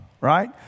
right